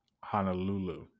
Honolulu